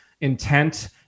intent